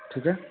ठीक है